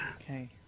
Okay